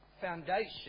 foundation